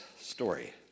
story